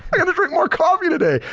i gonna drink more coffee today.